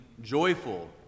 joyful